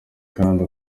kandi